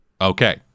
Okay